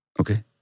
Okay